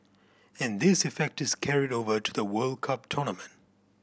and this effect is carried over to the World Cup tournament